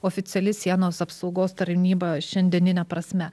oficiali sienos apsaugos tarnyba šiandienine prasme